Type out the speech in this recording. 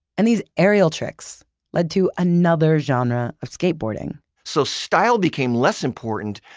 and these aerial tricks led to another genre of skateboarding. so style became less important,